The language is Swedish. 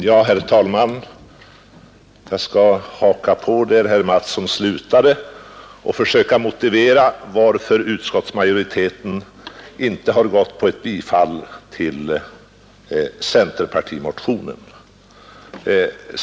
Herr talman! Jag skall haka på där herr Mattsson i Skee slutade och försöka motivera varför utskottsmajoriteten inte tillstyrkt centerpartimotionen.